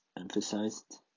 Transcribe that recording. emphasized